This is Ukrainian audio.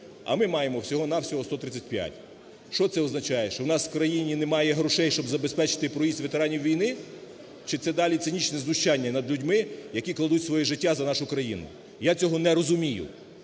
а ми маємо всього-на-всього 135. Що це означає, що в нас в країні немає грошей, щоб забезпечити проїзд ветеранів війни? Чи це далі цинічне знущання над людьми, які кладуть свої життя за нашу країну? Цього не розумію,